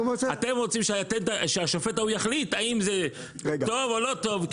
אתם רוצים שהשופט ההוא יחליט האם זה טוב או לא טוב.